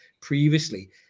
previously